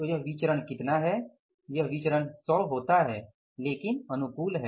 तो यह विचरण कितना है यह विचरण 100 होता है लेकिन अनुकूल है